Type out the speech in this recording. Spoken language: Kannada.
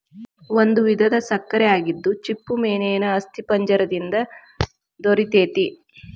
ಒಂದು ವಿಧದ ಸಕ್ಕರೆ ಆಗಿದ್ದು ಚಿಪ್ಪುಮೇನೇನ ಅಸ್ಥಿಪಂಜರ ದಿಂದ ದೊರಿತೆತಿ